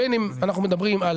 בין אם אנחנו מדברים על